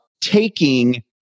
taking